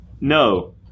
No